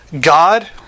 God